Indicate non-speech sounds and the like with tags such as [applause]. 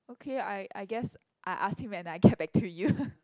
okay I I guess I ask him when I get [breath] back to you [laughs]